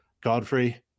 Godfrey